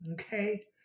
Okay